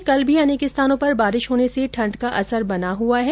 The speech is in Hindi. प्रदेश में कल भी अनेक स्थानों पर बारिश होने से ठंड का असर बना हुआ है